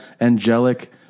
angelic